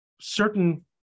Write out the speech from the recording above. certain